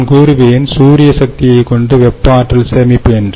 நான் கூறுவேன் சூரிய சக்தியைக் கொண்டு வெப்ப ஆற்றல் சேமிப்பு என்று